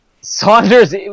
Saunders